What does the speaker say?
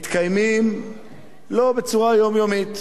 מתקיימים לא בצורה יומיומית.